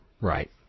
Right